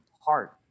heart